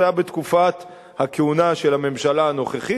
זה היה בתקופת הכהונה של הממשלה הנוכחית.